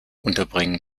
unterbringen